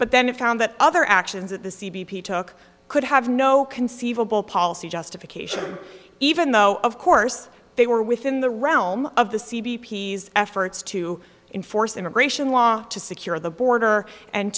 but then found that other actions at the c b p took could have no conceivable policy justification even though of course they were within the realm of this efforts to enforce immigration law to secure the border and